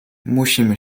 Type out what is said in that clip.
musimy